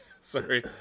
Sorry